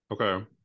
okay